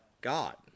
God